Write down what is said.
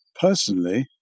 personally